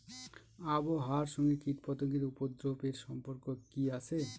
আবহাওয়ার সঙ্গে কীটপতঙ্গের উপদ্রব এর সম্পর্ক কি আছে?